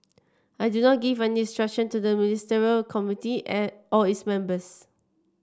I do not give any instruction to the Ministerial Committee and or its members